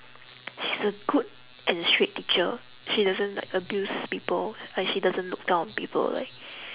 she's a good and strict teacher she doesn't like abuse people like she doesn't look down on people like